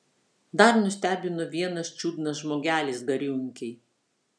dar nustebino vienas čiudnas žmogelis gariūnkėj